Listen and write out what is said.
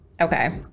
Okay